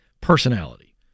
personality